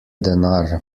denar